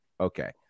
Okay